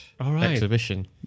exhibition